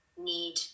need